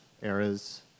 eras